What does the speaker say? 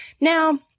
Now